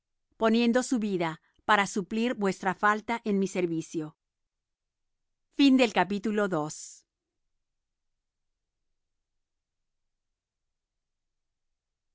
poniendo su vida para suplir vuestra falta en mi servicio